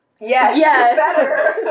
Yes